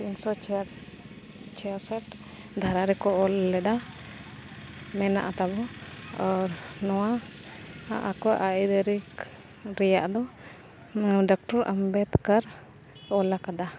ᱛᱤᱱᱥᱚ ᱪᱷᱮᱭᱥᱚᱴ ᱫᱷᱟᱨᱟ ᱨᱮᱠᱚ ᱚᱞ ᱞᱮᱫᱟ ᱢᱮᱱᱟᱜ ᱛᱟᱵᱚᱱ ᱟᱨ ᱱᱚᱣᱟ ᱟᱠᱚ ᱟᱹᱭᱫᱟᱹᱨᱤ ᱨᱮᱭᱟᱜ ᱫᱚ ᱰᱟᱠᱴᱚᱨ ᱟᱢᱵᱮᱫᱠᱟᱨ ᱚᱞ ᱟᱠᱟᱫᱟ